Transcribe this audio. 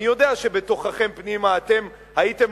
ואני יודע שבתוככם פנימה אתם יודעים שהייתם